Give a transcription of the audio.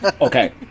Okay